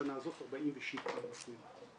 בשנה הזאת 47 גופים.